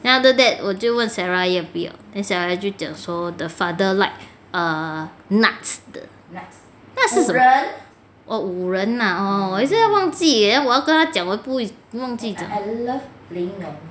then after that 我就问 sarah 要不要 then sarah 就讲说 the father like err nuts 的 nuts 是什么 oh 五人啊 orh 我一直忘记 eh then 我要跟他讲但我一直忘记讲